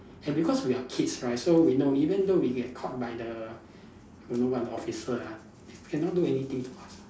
and because we are kids right so we know even though we get caught by the don't know what the officer ah they cannot do anything to us ah